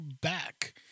back